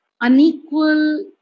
unequal